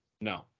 No